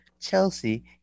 Chelsea